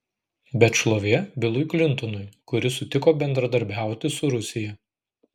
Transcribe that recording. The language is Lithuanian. bet šlovė bilui klintonui kuris sutiko bendradarbiauti su rusija